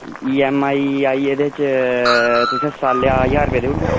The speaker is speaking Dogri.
ई ऐम आई आई एह्दे च तुसें साल्लै दा ज्हार रपेआ देई ओड़गे